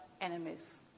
enemies